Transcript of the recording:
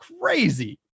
crazy